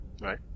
Right